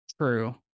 True